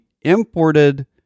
imported